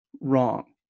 wrong